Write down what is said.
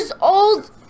old